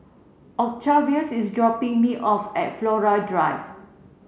Octavius is dropping me off at Flora Drive